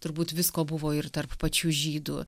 turbūt visko buvo ir tarp pačių žydų